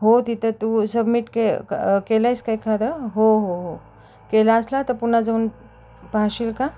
हो तिथं तू सबमिट के केलं आहेस का एखादं हो हो हो केला असला तर पुन्हा जाऊन पाहशील का